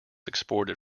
exported